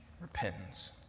repentance